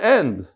end